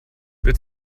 wird